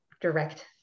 direct